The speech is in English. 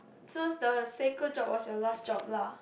so the Seiko job was your last job lah